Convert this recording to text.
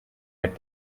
had